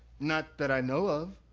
not that i know of.